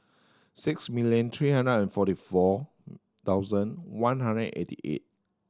six million three hundred and forty four thousand one hundred eighty eight